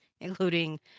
including